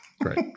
right